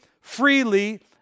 freely